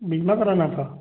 बीमा कराना था